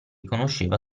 conosceva